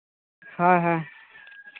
ᱦᱳᱭ ᱦᱮᱸ